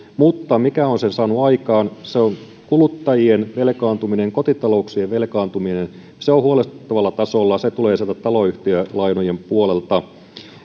mutta mikä on sen saanut aikaan se on kuluttajien velkaantuminen kotitalouksien velkaantuminen se on huolestuttavalla tasolla ja se tulee sieltä taloyhtiölainojen puolelta